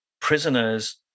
prisoners